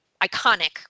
iconic